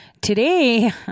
today